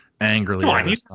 angrily